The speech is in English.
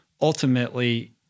ultimately